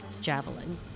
javelin